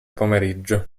pomeriggio